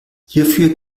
hierfür